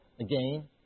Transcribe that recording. again